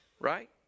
right